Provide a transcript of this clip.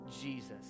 Jesus